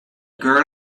girl